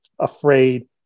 afraid